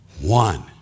One